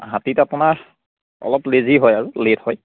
হাতীত আপোনাৰ অলপ লেজী হয় আৰু লে'ট হয়